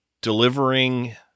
delivering